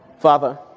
Father